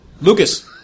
Lucas